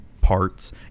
parts